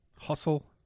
Hustle